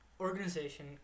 organization